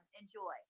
Enjoy